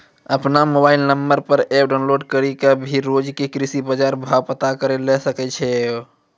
आपनो mobile number पर app download करी कॅ भी रोज के कृषि बाजार भाव पता करै ल सकै छो